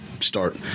start –